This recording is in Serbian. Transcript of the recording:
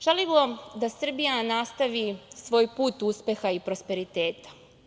Želimo da Srbija nastavi svoj put uspeha i prosperiteta.